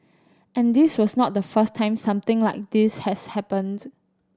and this was not the first time something like this has happens